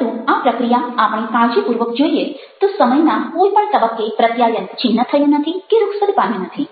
પરંતુ આ પ્રક્રિયા આપણે કાળજીપૂર્વક જોઈએ તો સમયના કોઈ પણ તબક્કે પ્રત્યાયન છિન્ન થયું નથી કે રુખસદ પામ્યું નથી